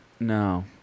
No